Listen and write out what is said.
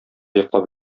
йоклап